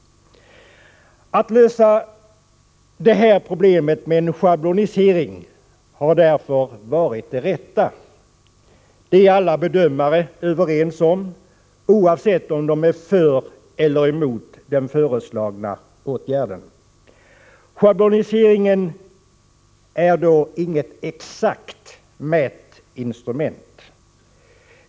Att lösa problemet med en schablonisering har därför varit det riktiga. Det är alla bedömare överens om, oavsett om de är för eller emot den föreslagna åtgärden. Schabloniseringen är inget exakt mätinstrument.